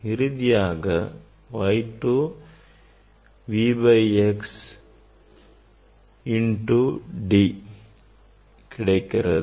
இறுதியாக நமக்கு Y 2 V by x this term into D கிடைக்கிறது